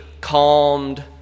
calmed